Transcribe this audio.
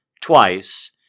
twice